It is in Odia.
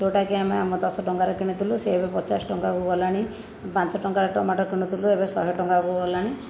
ଯେଉଁଟାକି ଆମେ ଆମ ଦଶ ଟଙ୍ଗାରେ କିଣିଥିଲୁ ସେ ଏବେ ପଚାଶ ଟଙ୍କାକୁ ଗଲାଣି ପାଞ୍ଚ ଟଙ୍କାରେ ଟମାଟ କିଣିଥିଲୁ ଏବେ ଶହେ ଟଙ୍କାକୁ ଗଲାଣି